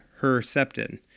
Herceptin